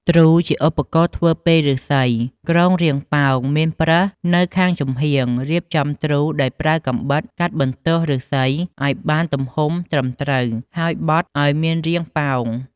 ទ្រូ ជាឧបករណ៍ធ្វើពីឫស្សី ក្រងរាងប៉ោងមានប្រឹសនៅខាងចំហៀង រៀបចំទ្រូដោយប្រើកាំបិតកាត់បន្ទោះឫស្សីឲ្យបានទំហំត្រឹមត្រូវ ហើយបត់ឲ្យមានរាងប៉ោង។